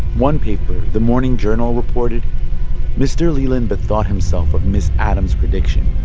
one paper, the morning journal, reported mr. leland bethought himself of ms. adams' prediction.